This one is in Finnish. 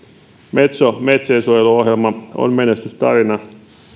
metso metsiensuojeluohjelma on menestystarina